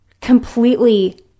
completely